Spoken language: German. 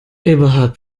eberhard